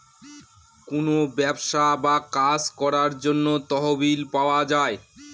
কোনো ব্যবসা বা কাজ করার জন্য তহবিল পাওয়া যায়